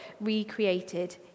recreated